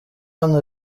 hano